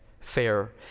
fair